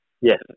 Yes